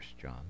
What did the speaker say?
John